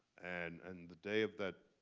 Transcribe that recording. and and the day of that,